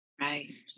Right